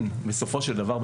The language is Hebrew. בסופו של דבר,